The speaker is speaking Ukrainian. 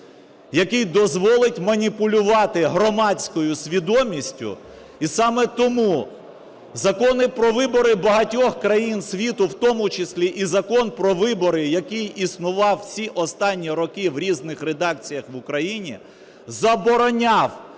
який дозволить маніпулювати громадською свідомістю. І саме тому закони про вибори багатьох країн світу, в тому числі і Закон про вибори, який існував усі останні роки в різних редакціях в Україні, забороняв